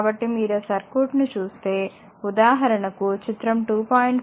కాబట్టిమీరు ఈ సర్క్యూట్ ను చూస్తే ఉదాహరణకు చిత్రం 2